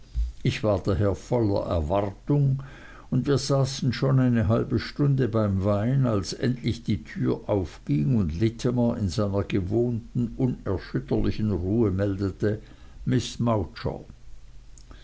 ich war daher voller erwartung und wir saßen schon eine halbe stunde beim wein als endlich die türe aufging und littimer in seiner gewohnten unerschütterlichen ruhe meldete